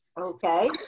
Okay